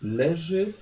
leży